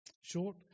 short